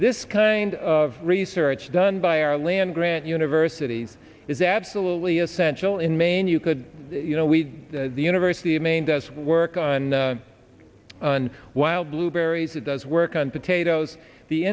this kind of research done by our land grant universities is absolutely essential in maine you could you know we the university of maine does work on on wild blueberries it does work on potatoes the